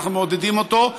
ואנחנו מעודדים אותו,